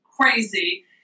crazy